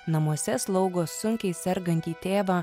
namuose slaugo sunkiai sergantį tėvą